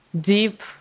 deep